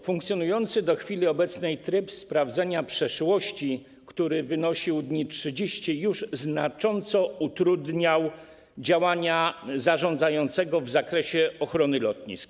Funkcjonujący do chwili obecnej tryb sprawdzania przeszłości, który wynosił 30 dni, już znacząco utrudniał działania zarządzające w zakresie ochrony lotnisk.